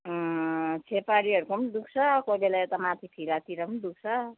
छेपारीहरूको पनि दुख्छ कोही बेला यता माथि फिलातिर पनि दुख्छ